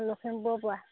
লখিমপুৰৰ পৰা